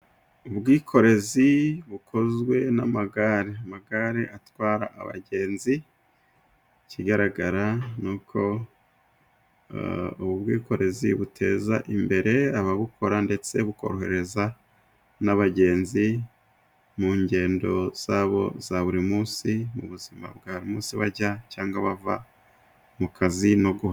Ubwikorezi bukozwe n'amagare, amagare atwara abagenzi, ikigaragara ni uko ubwikorezi buteza imbere ababukora ndetse bukorohereza n'abagenzi, mu ngendo zabo za buri munsi, mu buzima bwabo bajya cyangwa bava mu kazi.